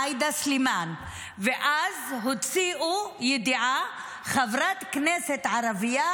עאידה סלימאן ואז הוציאו ידיעה: חברת כנסת ערבייה